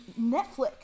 netflix